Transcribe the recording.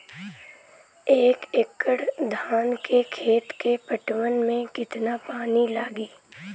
एक एकड़ धान के खेत के पटवन मे कितना पानी लागि?